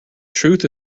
truth